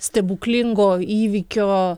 stebuklingo įvykio